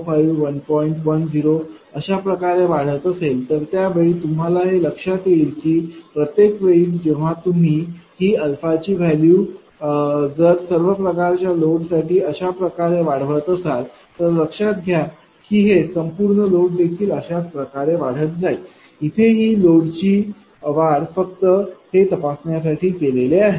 10 अशा प्रकारे वाढत असेल तर त्या वेळी तुम्हाला हे लक्षात येईल की प्रत्येक वेळी जेव्हा तुम्ही ही ची व्हॅल्यू जर सर्व प्रकारच्या लोड साठी अशाप्रकारे वाढवत असाल तर लक्षात घ्याल की हे संपूर्ण लोड देखील अशाच प्रकारे वाढत जाईल इथे ही लोडची वाढ फक्त हे तपासण्यासाठी केलेली आहे